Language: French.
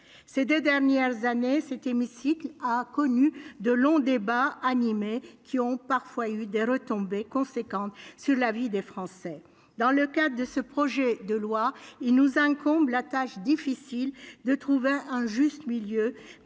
Ces deux dernières années, cet hémicycle a connu de longs débats animés, qui ont parfois eu des retombées importantes sur la vie des Français. Dans le cadre du projet de loi, une tâche difficile nous incombe : trouver le juste milieu,